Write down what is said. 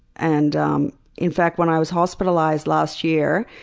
and um in fact when i was hospitalized last year,